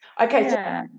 Okay